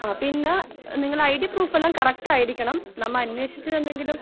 ആ പിന്നെ നിങ്ങളെ ഐ ഡി പ്രൂഫെല്ലാം കറക്ട് ആയിരിക്കണം നമ്മൾ അന്വേഷിച്ചതെന്തെങ്കിലും